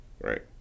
Right